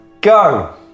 Go